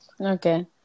Okay